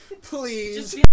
please